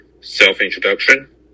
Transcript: self-introduction